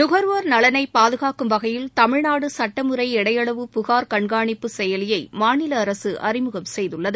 நுகர்வோர் நலனை பாதகாக்கும் வகையில் தமிழ்நாடு சட்டமுறை எடையளவு புகார் கண்காணிப்பு செயலியை மாநில அரசு அறிமுகம் செய்துள்ளது